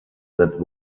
that